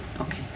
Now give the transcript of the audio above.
Okay